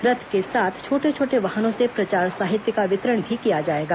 रथ के साथ छोटे छोटे वाहनों से प्रचार साहित्य का वितरण भी किया जाएगा